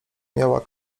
miała